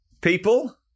people